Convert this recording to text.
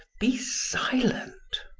be silent!